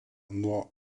nuo